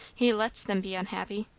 he lets them be unhappy.